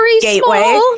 gateway